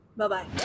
Bye-bye